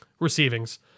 receivings